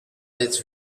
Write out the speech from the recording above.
its